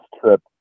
trip